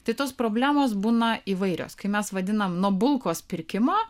tai tos problemos būna įvairios kai mes vadinam nuo bulkos pirkimo